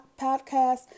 podcast